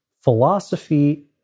Philosophy